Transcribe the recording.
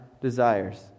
desires